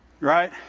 Right